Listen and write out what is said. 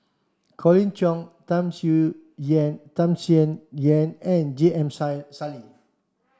Colin Cheong Tham Yen Tham Sien Yen and J M Sali